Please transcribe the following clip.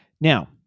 Now